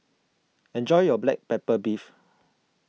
enjoy your Black Pepper Beef